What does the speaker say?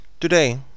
Today